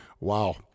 Wow